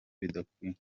bidakwiye